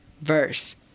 verse